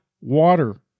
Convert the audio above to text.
water